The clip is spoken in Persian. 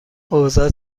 اوضاع